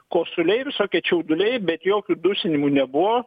kosuliai visokie čiauduliai bet jokių dusinimų nebuvo